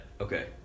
Okay